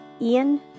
Ian